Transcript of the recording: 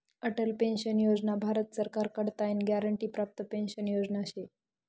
Atal pension Yojana Bharat सरकार कडताईन guarantee प्राप्त पेंशन योजना शे